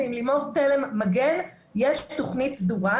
ועם לימור מגן תלם יש תוכנית סדורה.